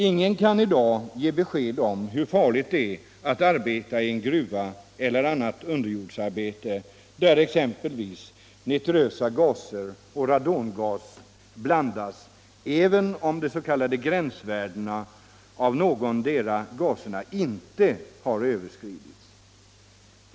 Ingen kan i dag ge besked om hur farligt det är att arbeta i cn gruva eller utföra annat underjordsarbete, där exempelvis nitrösa gaser och radongas blandas, även om de s.k. gränsvärdena för någondera gasen inte har överskridits.